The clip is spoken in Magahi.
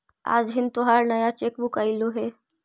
आज हिन् तोहार नया चेक बुक अयीलो हे